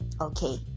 Okay